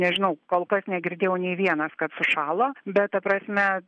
nežinau kol kas negirdėjau nei vienas kad sušalo bet ta prasme